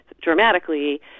dramatically